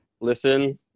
Listen